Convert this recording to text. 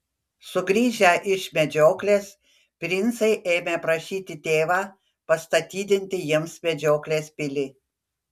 sugrįžę iš medžioklės princai ėmė prašyti tėvą pastatydinti jiems medžioklės pilį